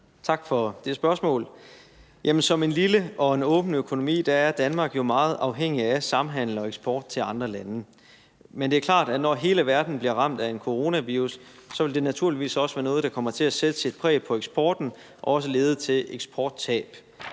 Tak for det spørgsmål. Som en lille og åben økonomi er Danmark jo meget afhængig af samhandel med og eksport til andre lande. Men det er klart, at når hele verden bliver ramt af en coronavirus, vil det naturligvis også være noget, der kommer til at sætte sit præg på eksporten og også leder til eksporttab